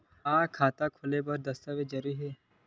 का खाता खोले बर दस्तावेज जरूरी हे?